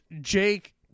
Jake